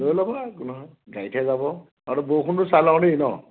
লৈ ল'ব লাগে একো নহয় গাড়ীতহে যাব আৰু বৰষুণটো চাই লওঁ দেই ন'